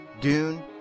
Dune